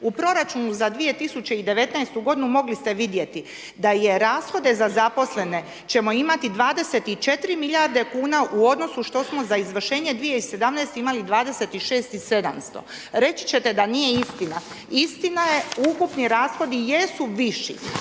U proračunu za 2019. g. mogli ste vidjeti da rashode za zaposlene ćemo imati 24 milijarde kuna u odnosu što smo za izvršenje 2017. imali 26 i 700. Reći ćete da nije istina, istina je, ukupni rashodi jesu viši